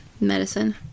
medicine